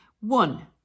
One